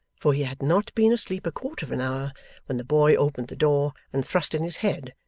for he had not been asleep a quarter of an hour when the boy opened the door and thrust in his head,